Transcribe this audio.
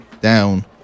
down